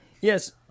Yes